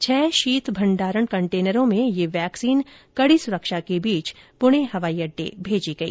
छह शीत भंडारण कंटेनरों में ये वैक्सीन कड़ी सुरक्षा के बीच पुणे हवाई अड़डे भेजी गई